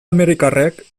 amerikarrek